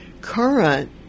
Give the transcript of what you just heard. current